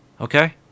Okay